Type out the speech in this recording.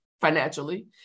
financially